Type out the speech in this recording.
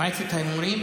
מועצת ההימורים,